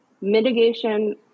mitigation